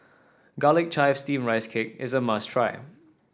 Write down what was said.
Garlic Chives Steamed Rice Cake is a must try